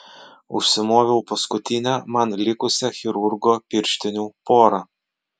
užsimoviau paskutinę man likusią chirurgo pirštinių porą